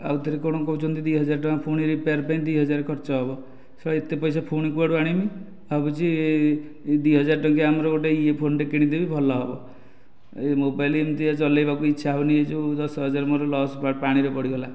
ଆଉ ଥରେ କଣ କହୁଛନ୍ତି ଦୁଇ ହଜାର ଟଙ୍କା ପୁଣି ରିପେୟାର୍ ପାଇଁ ଦୁଇ ହଜାର ଖର୍ଚ୍ଚ ହେବ ଏତେ ପଇସା ପୁଣି କୁଆଡ଼ୁ ଆଣିମି ଭାବୁଛି ଦୁଇ ହଜାର ଟଙ୍କିଆ ଆମର ଗୋଟିଏ ଇଏ ଫୋନଟେ କିଣିଦେବି ଭଲ ହେବ ଏ ମୋବାଇଲ ଏମିତିଆ ଚଲାଇବାକୁ ଇଚ୍ଛା ହେଉନି ଏହି ଯେଉଁ ଦଶ ହଜାର ମୋର ଲସ୍ ପାଣିରେ ପଡ଼ିଗଲା